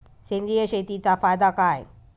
सेंद्रिय शेतीचा फायदा काय?